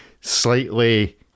slightly